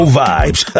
vibes